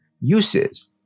uses